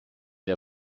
der